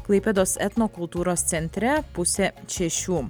klaipėdos etnokultūros centre pusė šešių